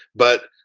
but,